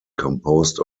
composed